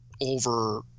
over